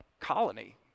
colony